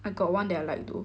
I got one that I like